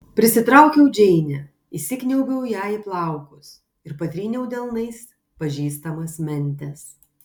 prisitraukiau džeinę įsikniaubiau jai į plaukus ir patryniau delnais pažįstamas mentes